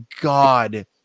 God